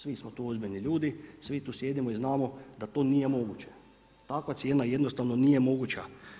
Svi smo tu ozbiljni ljudi, svi tu sjedimo i znamo da to nije moguće, takva cijena jednostavno nije moguća.